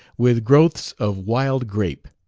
with growths of wild grape,